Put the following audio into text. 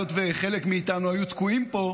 היות שחלק מאיתנו היו תקועים פה,